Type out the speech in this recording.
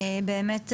באמת,